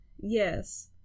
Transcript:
Yes